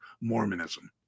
Mormonism